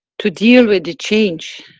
to deal with the change